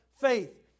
faith